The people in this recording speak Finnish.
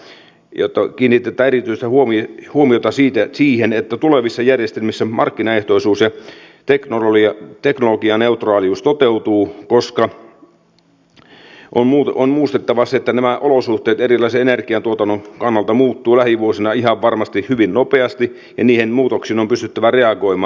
talousvaliokunta painottaa että kiinnitetään erityistä huomiota siihen että tulevissa järjestelmissä markkinaehtoisuus ja teknologianeutraalius toteutuvat koska on muistettava se että nämä olosuhteet energiantuotannon kannalta muuttuvat lähivuosina ihan varmasti hyvin nopeasti ja niihin muutoksiin on pystyttävä reagoimaan